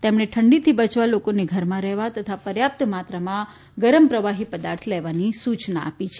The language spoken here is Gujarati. તેમણ ઠંડીથી બયવા લોકોને ઘરમાં રહેવા તથા પર્યાપ્ત માત્રામાં ગરમ પ્રવાહી પદાર્થ લેવાની સલાહ આપી છે